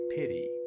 pity